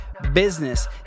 Business